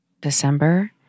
December